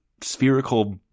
spherical